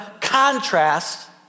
contrast